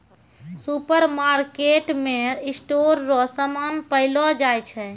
सुपरमार्केटमे स्टोर रो समान पैलो जाय छै